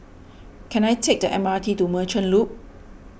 can I take the M R T to Merchant Loop